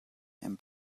and